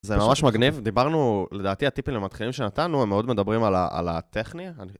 זה ממש מגניב, דיברנו, לדעתי הטיפים למתחילים שנתנו, הם מאוד מדברים על הטכני על ה...